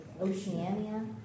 Oceania